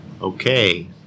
Okay